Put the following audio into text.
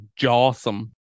jawsome